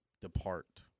depart